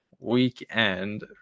weekend